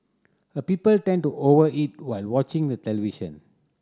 a people tend to over eat while watching the television